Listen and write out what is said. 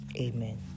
amen